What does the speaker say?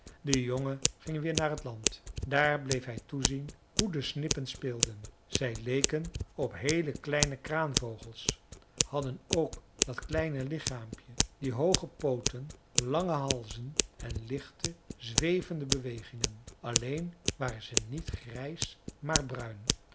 de jongen ging weer naar t land daar bleef hij toezien hoe de snippen speelden zij leken op heele kleine kraanvogels hadden ook dat kleine lichaampje die hooge pooten lange halzen en lichte zwevende bewegingen alleen waren ze niet grijs maar bruin